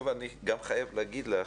אבל אני גם חייב להגיד לך,